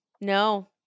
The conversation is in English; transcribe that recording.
no